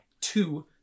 two